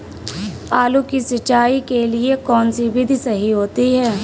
आलू की सिंचाई के लिए कौन सी विधि सही होती है?